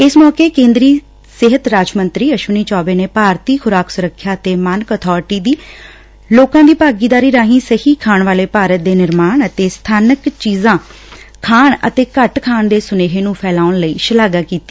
ਇਸ ਮੌਕੇ ਕੇ ਂਦਰੀ ਸਿਹਤ ਰਾਜ ਮੰਤਰੀ ਅਸ਼ਵਨੀ ਚੌਬੇ ਨੇ ਭਾਰਤੀ ਖੁਰਾਕ ਸੁਰੱਖਿਆ ਤੇ ਮਾਨਕ ਅਬਾਰਟੀ ਦੀ ਲੋਕਾਂ ਦੀ ਭਾਗੀਦਾਰੀ ਰਾਹੀਂ ਸਹੀ ਖਾਣ ਵਾਲੇ ਭਾਰਤ ਦੇ ਨਿਰਮਾਣ ਅਤੇ ਸਥਾਨਕ ਚੀਜ਼ਾਂ ਖਾਣ ਅਤੇ ਘੱਟ ਖਾਣ ਦੇ ਸੁਨੇਹੇ ਨੁੰ ਫੈਲਾਉਣ ਲਈ ਸ਼ਲਾਘਾ ਕੀਤੀ